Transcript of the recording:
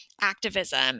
activism